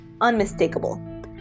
unmistakable